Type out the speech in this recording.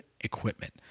equipment